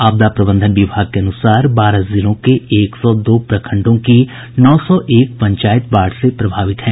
आपदा प्रबंधन विभाग के अनुसार बारह जिलों के एक सौ दो प्रखंडों की नौ सौ एक पंचायत बाढ़ से प्रभावित है